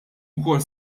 ukoll